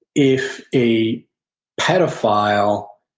if a pedophile